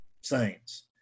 saints